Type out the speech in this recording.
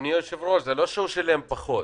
זה לא שהוא שילם פחות.